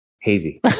hazy